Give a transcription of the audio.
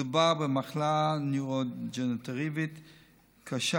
מדובר במחלה נוירודגנרטיבית קשה,